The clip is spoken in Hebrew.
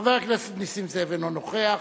חבר הכנסת נסים זאב, אינו נוכח,